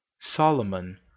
Solomon